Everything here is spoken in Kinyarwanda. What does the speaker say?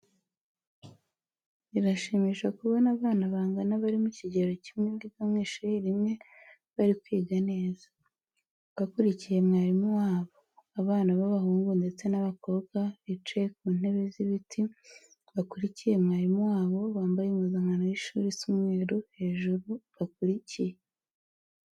Birashimisha kubona abana bangana bari mu kigero kimwe biga mu ishuri rimwe bari kwiga neza, bakurikiye mwarimu wabo. Abana b'abahungu ndetse n'abakobwa bicaye ku ntebe z'ibiti bakurikiye mwarimu wabo, bambaye impuzankano y'ishuri isa umweru hejuru bakurikiye.